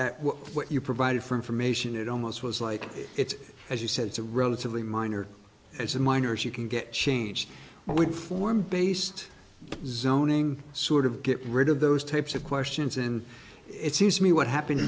what you provided for information it almost was like it's as you said it's a relatively minor as in minors you can get change only form based zoning sort of get rid of those types of questions and it seems to me what happened